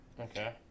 okay